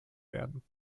werden